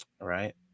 right